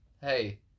Hey